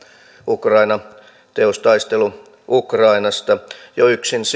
ukraina teos taistelu ukrainasta jo yksin